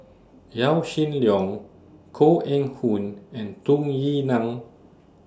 Yaw Shin Leong Koh Eng Hoon and Tung Yue Nang